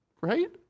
Right